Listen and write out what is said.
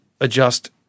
adjust